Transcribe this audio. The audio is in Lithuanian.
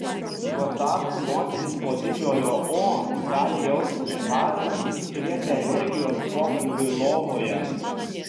tuo tarpu moterys po didžiojo o gali jaustis žvalios ir turėti energijos pokalbiui lovoje